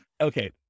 okay